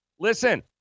Listen